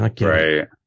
Right